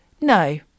no